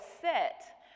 set